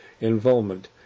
involvement